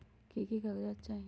की की कागज़ात चाही?